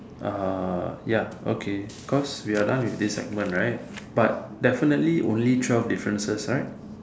ah ya okay cause we are done with this segment right but definitely only twelve differences right